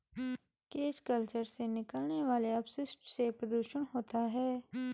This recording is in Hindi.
केज कल्चर से निकलने वाले अपशिष्ट से प्रदुषण होता है